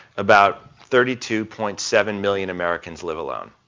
about thirty two point seven million americans live alone.